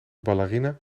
ballerina